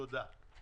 תודה.